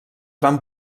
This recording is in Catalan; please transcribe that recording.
van